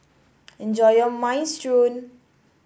enjoy your Minestrone